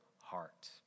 heart